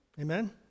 Amen